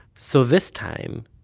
so, this time,